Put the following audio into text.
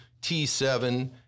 T-7